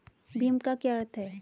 भीम का क्या अर्थ है?